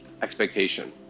expectation